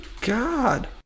God